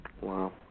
Wow